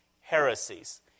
heresies